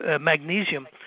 magnesium